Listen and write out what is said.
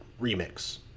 Remix